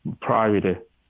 private